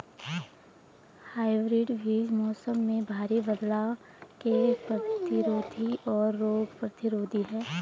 hybrid बीज मौसम में भारी बदलाव के प्रतिरोधी और रोग प्रतिरोधी हैं